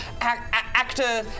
actor